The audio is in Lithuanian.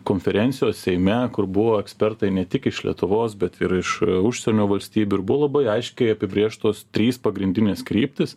konferencijos seime kur buvo ekspertai ne tik iš lietuvos bet ir iš užsienio valstybių ir buvo labai aiškiai apibrėžtos trys pagrindinės kryptys